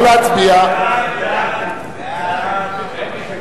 חוק מיסוי